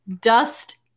dust